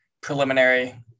preliminary